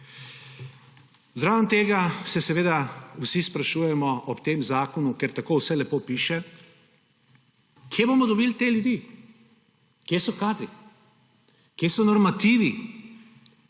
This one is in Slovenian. Zraven tega se seveda vsi sprašujemo ob tem zakonu, ker tako vse lepo piše, kje bomo dobili te ljudi, kje so kadri, kje so normativi,